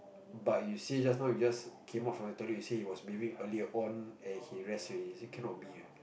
but you say just now you just came out from the toilet you say he was bathing earlier on and he rest already we say cannot be ah